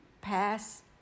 pass